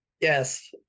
Yes